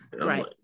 Right